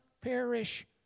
perish